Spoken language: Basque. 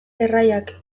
erraiak